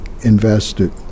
invested